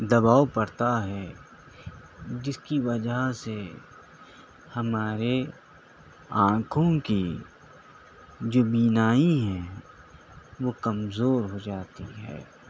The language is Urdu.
دباؤ پڑتا ہے جس کی وجہ سے ہمارے آنکھوں کی جو بینائی ہیں وہ کمزور ہو جاتی ہے